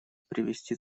привести